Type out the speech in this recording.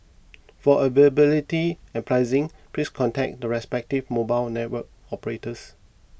for availability and pricing please contact the respective mobile network operators